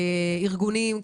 עם הארגונים,